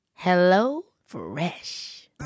HelloFresh